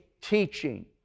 teaching